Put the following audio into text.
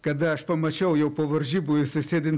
kada aš pamačiau jau po varžybų jisai sėdi